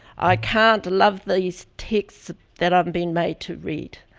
i can't love these texts that i'm being made to read.